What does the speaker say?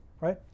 right